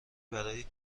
برای